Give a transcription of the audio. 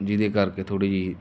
ਜਿਹਦੇ ਕਰਕੇ ਥੋੜ੍ਹੀ ਜਿਹੀ